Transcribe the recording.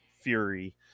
Fury